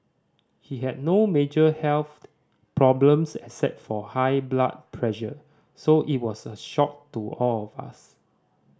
he had no major health problems except for high blood pressure so it was a shock to all of us